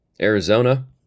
Arizona